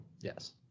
Yes